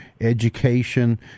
education